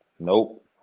Nope